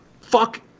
fuck